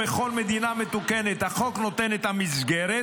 בכל מדינה מתוקנת החוק נותן את המסגרת